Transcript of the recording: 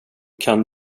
kan